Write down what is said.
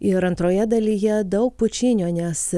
ir antroje dalyje daug pučinio nes